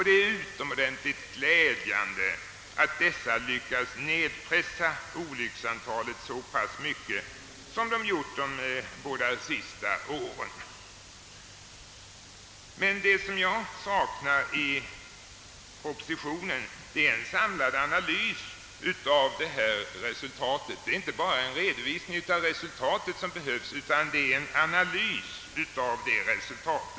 Det är utomordentligt glädjande att dessa lyckats pressa ned olycksantalet så mycket under de båda sista åren. Men jag saknar i propositionen en samlad analys av de resultat som redovisas. Det är inte bara en redovisning av resultatet som behövs, utan en analys av detta resultat.